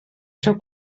seu